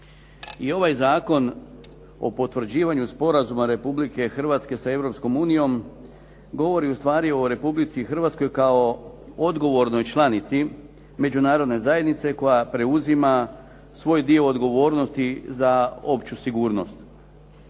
I ovaj Zakon o potvrđivanju sporazuma Republike Hrvatske sa Europskom unijom govori ustvari o Republici Hrvatskoj kao odgovornoj članici Međunarodne zajednice koja preuzima svoj dio odgovornosti za opću sigurnost.